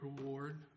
reward